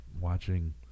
watching